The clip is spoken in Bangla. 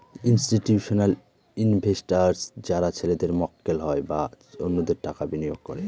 ইনস্টিটিউশনাল ইনভেস্টার্স যারা ছেলেদের মক্কেল হয় বা অন্যদের টাকা বিনিয়োগ করে